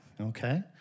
Okay